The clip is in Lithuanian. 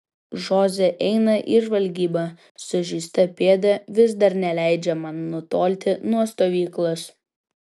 žoze eina į žvalgybą sužeista pėda vis dar neleidžia man nutolti nuo stovyklos